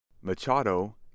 Machado